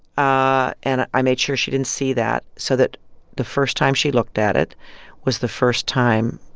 ah and i made sure she didn't see that so that the first time she looked at it was the first time